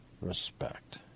Respect